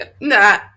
Nah